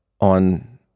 on